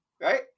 right